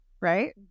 right